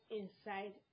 inside